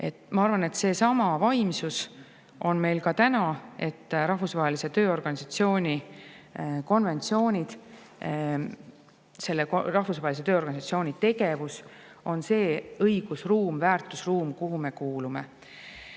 Ma arvan, et seesama vaimsus on meil ka täna, et Rahvusvahelise Tööorganisatsiooni konventsioonid, selle organisatsiooni tegevus on õigusruumis, väärtusruumis, kuhu me kuulume.